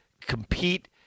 compete